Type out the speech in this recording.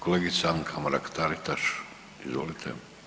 Kolegice Anka Mrak-Taritaš, izvolite.